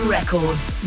Records